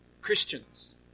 Christians